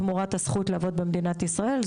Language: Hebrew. תמורת הזכות לעבוד במדינת ישראל.